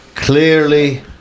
Clearly